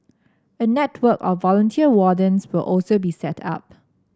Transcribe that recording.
a network of volunteer wardens will also be set up